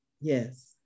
Yes